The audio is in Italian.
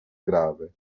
grave